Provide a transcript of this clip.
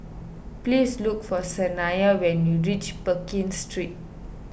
please look for Saniya when you reach Pekin Street